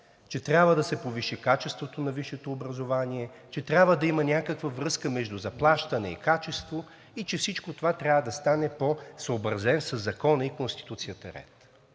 че трябва да се повиши качеството на висшето образование, че трябва да има някаква връзка между заплащане и качество и че всичко това трябва да стане по съобразен със Закона и Конституцията ред.